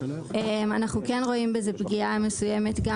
אנחנו כן רואים בזה פגיעה מסוימת גם